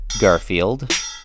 Garfield